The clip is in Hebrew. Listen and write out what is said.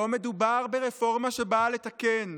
לא מדובר ברפורמה שבאה לתקן.